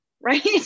right